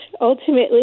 ultimately